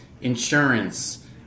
Insurance